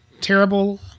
terrible